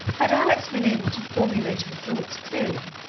had alex been able to formulate her thoughts clearly,